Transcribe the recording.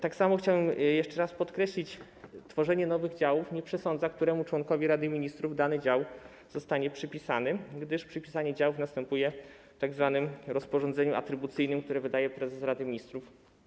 Tak samo chciałem jeszcze raz podkreślić, że tworzenie nowych działów nie przesądza o tym, któremu członkowi Rady Ministrów dany dział zostanie przypisany, gdyż przypisanie działów następuje w tzw. rozporządzeniu atrybucyjnym, które wydaje prezes Rady Ministrów.